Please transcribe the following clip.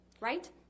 right